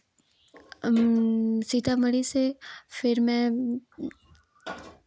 सीतामढ़ी से फिर मैं